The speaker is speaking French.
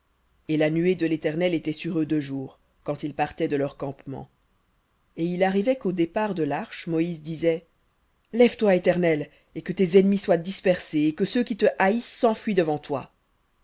et la nuée de l'éternel était sur eux de jour quand ils partaient de leur campement et il arrivait qu'au départ de l'arche moïse disait lève-toi éternel et que tes ennemis soient dispersés et que ceux qui te haïssent s'enfuient devant toi